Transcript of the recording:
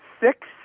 six